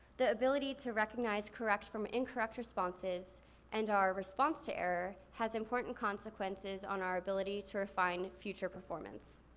the ability to recognize correct from incorrect responses and our response to error, has important consequences on our ability to refine future performance.